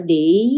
day